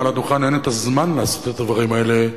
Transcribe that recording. מעל הדוכן אין הזמן לעשות את הדברים האלה.